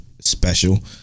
special